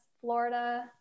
Florida